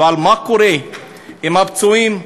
אבל מה קורה עם הפצועים,